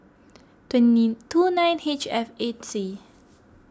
twenty two nine H F eight C